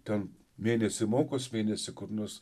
ten mėnesį mokos mėnesį kur nors